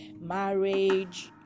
marriage